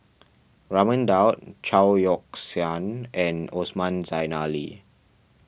Raman Daud Chao Yoke San and Osman Zailani